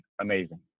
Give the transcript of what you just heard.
amazing